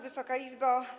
Wysoka Izbo!